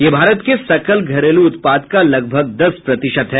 यह भारत के सकल घरेलू उत्पाद का लगभग दस प्रतिशत है